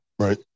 Right